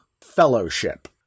fellowship